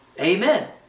Amen